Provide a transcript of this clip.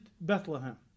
Bethlehem